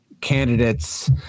candidates